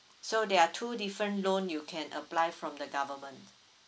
so there are two different loan you can apply from the government